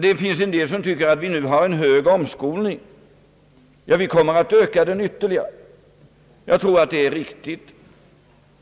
Det finns en del som tycker att vi nu har en hög omskolning. Vi kommer att öka den ytterligare. Jag tror att det är riktigt.